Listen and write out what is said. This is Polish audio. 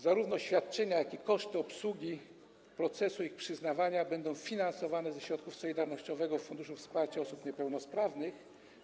Zarówno świadczenie, jak i koszty obsługi procesu jego przyznawania będą finansowane ze środków Solidarnościowego Funduszu Wsparcia Osób Niepełnosprawnych.